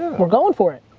we're going for it.